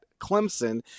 Clemson